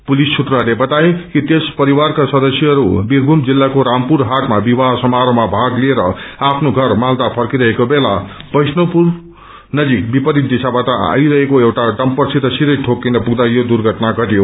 police सूत्रहस्ते बताए कि त्यस परिवारका सदस्यहरू बीरभूम जिल्लाको रामपुर हाटमा विवाह समारोहमा भाग लिएर आफ्नो घर मालदा फर्किरहेका थिए तब वैष्णवपुर नजिक विपरीत दिशाबाट आइरहेको एउटा डम्परसित सीथै ठोक्किन पुम्दा यो दुर्घटना घटयो